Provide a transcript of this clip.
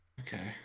okay